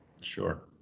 Sure